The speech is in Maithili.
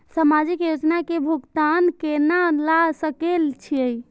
समाजिक योजना के भुगतान केना ल सके छिऐ?